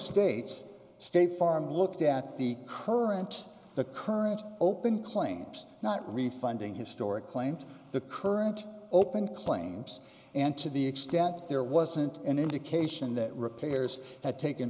states state farm looked at the current the current open claims not refunding historic claims the current open claims and to the extent there wasn't an indication that repairs had taken